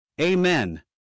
Amen